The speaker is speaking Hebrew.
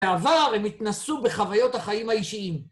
בעבר הם התנסו בחוויות החיים האישיים.